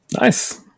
Nice